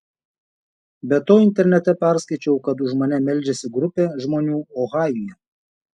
be to internete perskaičiau kad už mane meldžiasi grupė žmonių ohajuje